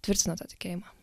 tvirtina tą tikėjimą